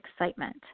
excitement